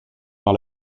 par